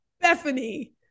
bethany